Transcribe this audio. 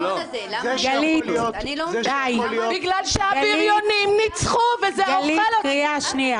למה את צועקת --- בגלל שהבריונים ניצחו וזה אוכל אותי.